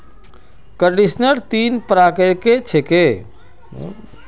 conditioner तीन प्रकारेर ह छेक